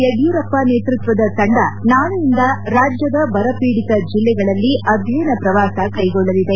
ಯಡಿಯೂರಪ್ಪ ನೇತೃತ್ವದ ತಂಡ ನಾಳೆಯಿಂದ ರಾಜ್ಯದ ಬರಪೀಡಿತ ಜಿಲ್ಲೆಗಳಲ್ಲಿ ಅಧ್ಯಯನ ಪ್ರವಾಸ ಕೈಗೊಳ್ಳಲಿದೆ